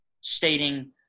stating –